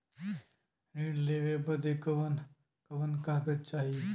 ऋण लेवे बदे कवन कवन कागज चाही?